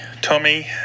Tommy